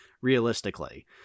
realistically